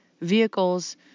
vehicles